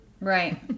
Right